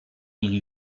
mille